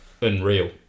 unreal